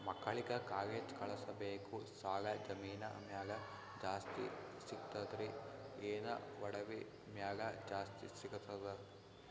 ಮಕ್ಕಳಿಗ ಕಾಲೇಜ್ ಕಳಸಬೇಕು, ಸಾಲ ಜಮೀನ ಮ್ಯಾಲ ಜಾಸ್ತಿ ಸಿಗ್ತದ್ರಿ, ಏನ ಒಡವಿ ಮ್ಯಾಲ ಜಾಸ್ತಿ ಸಿಗತದ?